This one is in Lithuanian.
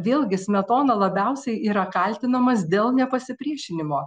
vėlgi smetona labiausiai yra kaltinamas dėl nepasipriešinimo